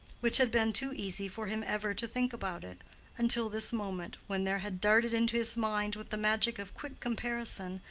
which had been too easy for him ever to think about it until this moment when there had darted into his mind with the magic of quick comparison,